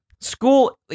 School